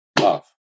love